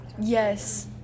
Yes